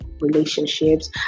relationships